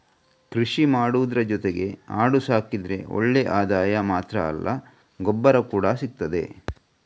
ಕೃಷಿ ಮಾಡುದ್ರ ಜೊತೆಗೆ ಆಡು ಸಾಕಿದ್ರೆ ಒಳ್ಳೆ ಆದಾಯ ಮಾತ್ರ ಅಲ್ಲ ಗೊಬ್ಬರ ಕೂಡಾ ಸಿಗ್ತದೆ